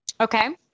Okay